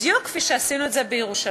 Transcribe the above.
בדיוק כפי שעשינו את זה בירושלים.